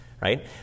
right